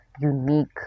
unique